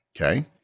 okay